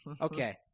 Okay